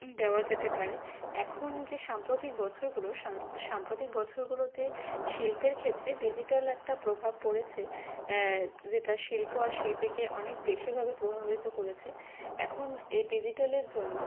দেওয়া যেতে পারে এখন যে সাম্প্রতিক বছরগুলো সান সাম্প্রতিক বছরগুলোতে শিল্পের ক্ষেত্রে ডিজিটাল একটা প্রভাব পড়েছে যেটা শিল্প আর শিল্পীকে অনেক বেশিভাবে প্রভাবিত করেছে এখন এই ডিজিটালের জন্য